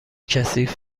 کثیف